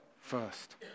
first